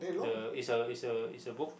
the is a is a book